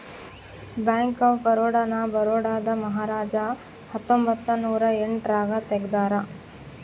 bank of Baroda ನ ಬರೋಡಾದ ಮಹಾರಾಜ ಹತ್ತೊಂಬತ್ತ ನೂರ ಎಂಟ್ ರಾಗ ತೆಗ್ದಾರ